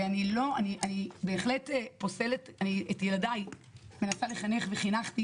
ואני בהחלט פוסלת אני את ילדיי מנסה לחנך וחינכתי